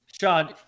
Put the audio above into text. Sean